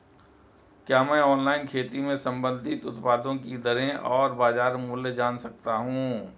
क्या मैं ऑनलाइन खेती से संबंधित उत्पादों की दरें और बाज़ार मूल्य जान सकता हूँ?